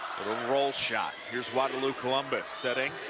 a roll shot. here is waterloo columbus, set